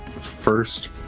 first